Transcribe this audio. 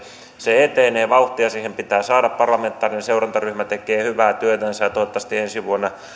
se etenee vauhtia siihen pitää saada parlamentaarinen seurantaryhmä tekee hyvää työtänsä ja toivottavasti ensi vuonna